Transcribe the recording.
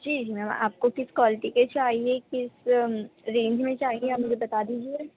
جی جی میم آپ کو کس کولٹی کے چاہیے کس رینج میں چاہیے آپ مجھے بتا دیجیے